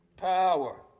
Power